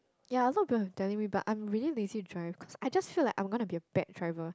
ya a lot people have telling me but I'm really lazy drive cause I just feel like I'm gonna be a bad driver